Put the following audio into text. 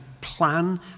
plan